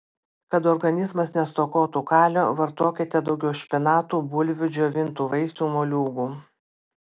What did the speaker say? kad organizmas nestokotų kalio vartokite daugiau špinatų bulvių džiovintų vaisių moliūgų